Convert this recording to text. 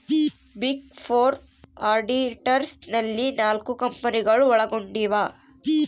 big four auditors ನಲ್ಲಿ ನಾಲ್ಕು ಕಂಪನಿಗಳು ಒಳಗೊಂಡಿವ